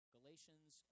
Galatians